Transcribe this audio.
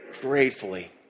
gratefully